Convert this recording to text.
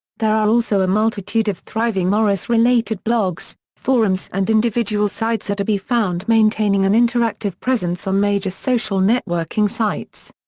there are also a multitude of thriving morris related blogs, forums forums and individual sides are to be found maintaining an interactive presence on major social networking sites.